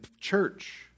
church